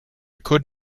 could